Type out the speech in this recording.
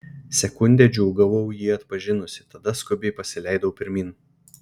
sekundę džiūgavau jį atpažinusi tada skubiai pasileidau pirmyn